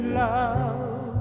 love